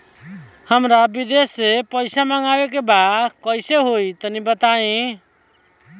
हमरा विदेश से पईसा मंगावे के बा कइसे होई तनि बताई?